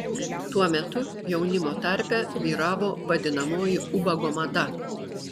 tuo metu jaunimo tarpe vyravo vadinamoji ubago mada